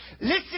Listen